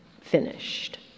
finished